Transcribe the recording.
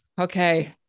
Okay